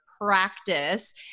practice